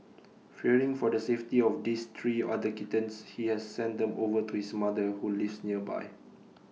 fearing for the safety of this three other kittens he has sent them over to his mother who lives nearby